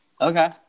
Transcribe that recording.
Okay